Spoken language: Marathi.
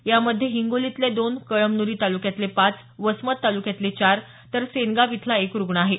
यामध्ये हिंगोलीतले दोन कळमनुरी तालुक्यातले पाच वसमत तालुक्यातले चार तर सेनगाव इथला एक रुग्ण आहे